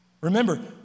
remember